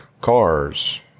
cars